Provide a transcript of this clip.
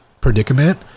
predicament